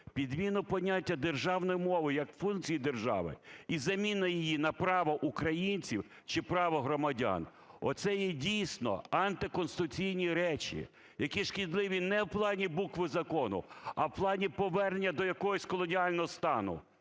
підміну поняття державної мови як функції держави і заміну її на право українців чи право громадян, оце є дійсно антиконституційні речі, які шкідливі не в плані букви закону, а в плані повернення до якогось колоніального стану.